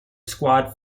squad